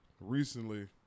Recently